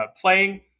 playing